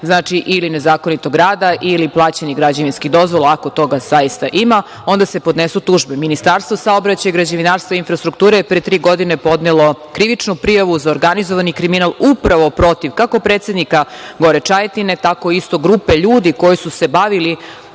ili nezakonitog rada ili plaćenih građevinskih dozvola, ako toga zaista ima, onda se podnesu tužbe. Ministarstvo saobraćaja, građevinarstva i infrastrukture je pre tri godine podnelo krivičnu prijavu za organizovani kriminal upravo protiv kako predsednika Čajetine, tako isto grupe ljudi koji su se bavili